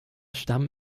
stamm